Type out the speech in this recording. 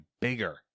bigger